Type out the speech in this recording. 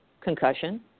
concussion